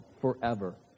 forever